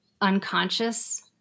unconscious